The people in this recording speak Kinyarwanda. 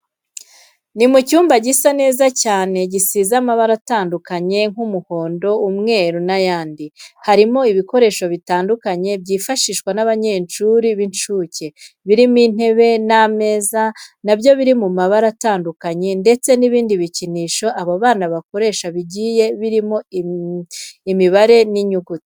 Ni mu cyumba gisa neza cyane gisize amabara atandukanye nk'umuhondo, umweru n'ayandi. Harimo ibikoresho bitandukanye byifashishwa n'abanyeshuri b'incuke, birimo intebe n'amaze na byo biri mu mabara atanduanye ndetse n'ibindi bikinisho abo bana bakoresha bigiye biriho imibare n'inyuguti.